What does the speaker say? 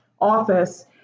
office